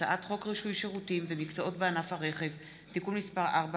הצעת חוק רישוי שירותים ומקצועות בענף הרכב (תיקון מס' 4),